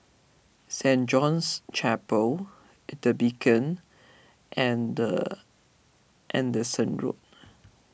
Saint John's Chapel the Beacon and Anderson Road